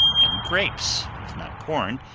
and grapes, if not corn,